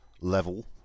level